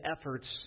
efforts